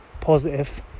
positive